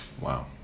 Wow